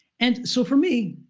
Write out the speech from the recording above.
and so for me,